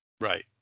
Right